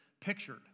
pictured